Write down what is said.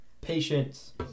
Patience